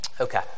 okay